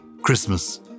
Christmas